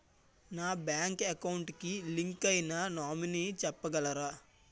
నా bank account కి link అయినా నామినీ చెప్పగలరా?